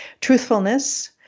Truthfulness